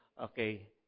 Okay